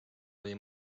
oli